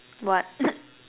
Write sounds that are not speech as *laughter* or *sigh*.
what *laughs*